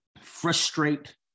frustrate